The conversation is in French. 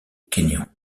kényan